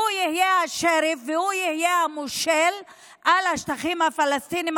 שהוא יהיה השריף והוא יהיה המושל על השטחים הפלסטיניים